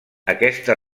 aquesta